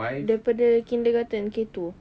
daripada kindergarten K two